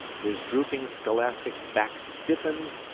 his drooping scholastic back stiffens,